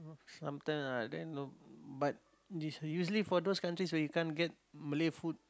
sometimes ah then no but this usually for those countries where you can't get Malay food